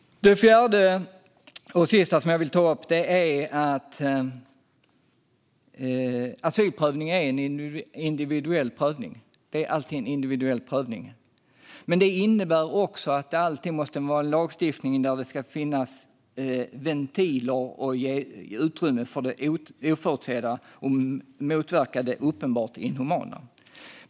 Den fjärde punkten, och den sista som jag vill ta upp, är att asylprövning alltid är en individuell prövning. Det innebär också att det alltid måste vara en lagstiftning där det ska finnas ventiler som ger utrymme för det oförutsedda och motverkar det uppenbart inhumana.